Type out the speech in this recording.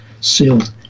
sealed